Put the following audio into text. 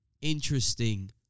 interesting